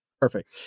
Perfect